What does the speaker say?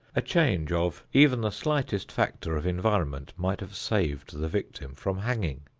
a change of even the slightest factor of environment might have saved the victim from hanging,